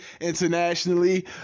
internationally